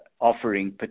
Offering